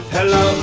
Hello